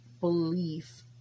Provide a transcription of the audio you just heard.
belief